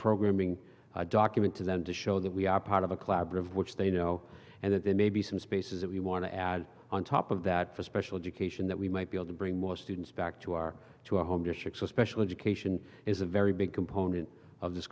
programming document to them to show that we are part of a collaborative which they know and that there may be some spaces that we want to add on top of that for special education that we might be able to bring more students back to our to our home districts so special education is a very big component of this